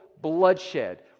bloodshed